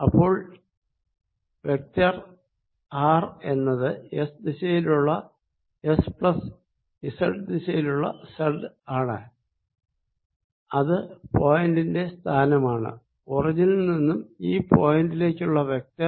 അപ്പോൾ vector R എന്നത് S ദിശയിലുള്ള എസ് പ്ലസ് സെഡ് ദിശയിലുള്ള സെഡ് ആണ് അത് പോയിന്റി ന്റെ സ്ഥാനമാണ് ഒറിജിനിൽ നിന്നും ഈ പോയിന്റി ലേക്കുള്ള വെക്ടർ